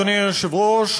אדוני היושב-ראש,